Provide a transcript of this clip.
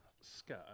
sky